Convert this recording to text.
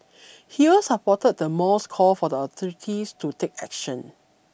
he also supported the mall's call for the authorities to take action